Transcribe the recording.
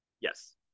Yes